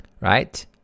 Right